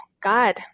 God